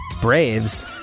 braves